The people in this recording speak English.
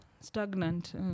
stagnant